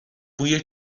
بوی